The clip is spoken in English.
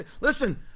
listen